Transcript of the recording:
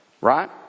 right